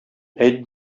әйт